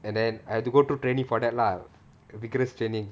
and then I had to go through training for that lah a vigorous training